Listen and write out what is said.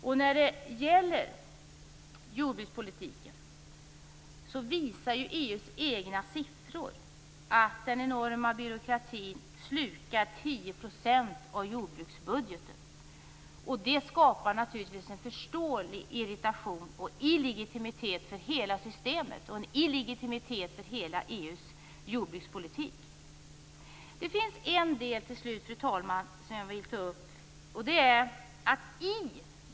EU:s egna siffror visar att den enorma byråkratin slukar 10 % av jordbruksbudgeten, vilket naturligtvis skapar en förståelig irritation och illegitimitet vad gäller hela systemet och hela EU:s jordbrukspolitik.